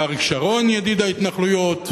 אריק שרון, ידיד ההתנחלויות,